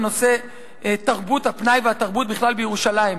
בנושא תרבות הפנאי והתרבות בכלל בירושלים.